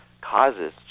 causes